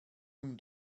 nun